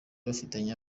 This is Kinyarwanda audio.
bafitanye